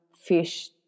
fish